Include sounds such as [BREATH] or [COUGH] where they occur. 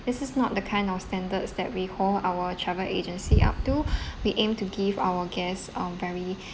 this is not the kind of standards that we hold our travel agency up to [BREATH] we aim to give our guests um very